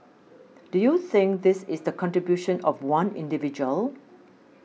do you think this is the contribution of one individual